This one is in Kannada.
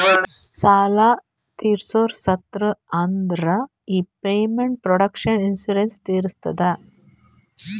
ಸಾಲಾ ತೀರ್ಸೋರು ಸತ್ತುರ್ ಅಂದುರ್ ಈ ಪೇಮೆಂಟ್ ಪ್ರೊಟೆಕ್ಷನ್ ಇನ್ಸೂರೆನ್ಸ್ ತೀರಸ್ತದ